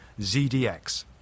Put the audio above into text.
ZDX